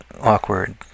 awkward